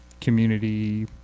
community